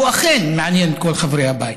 והוא אכן מעניין את כל חברי הבית.